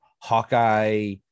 hawkeye